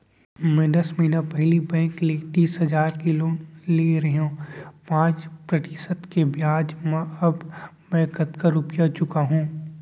मैं दस महिना पहिली बैंक ले तीस हजार के लोन ले रहेंव पाँच प्रतिशत के ब्याज म अब मैं कतका रुपिया चुका हूँ?